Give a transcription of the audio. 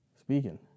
speaking